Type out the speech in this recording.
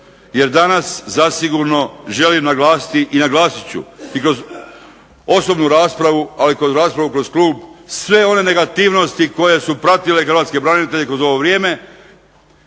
jer danas zasigurno želim naglasiti i naglasit ću i kroz osobnu raspravu, ali i kroz raspravu kroz klub sve one negativnosti koje su pratile hrvatske branitelje kroz ovo vrijeme,